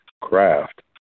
craft